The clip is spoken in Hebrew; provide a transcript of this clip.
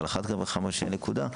על אחת כמה וכמה כשאין נקודה.